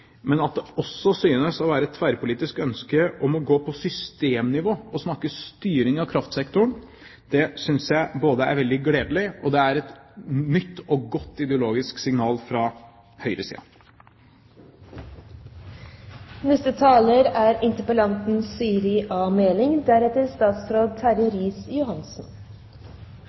Men at det også synes å være et tverrpolitisk ønske å gå på systemnivå og snakke om styring av kraftsektoren, synes jeg er veldig gledelig, og det er et nytt og godt ideologisk signal fra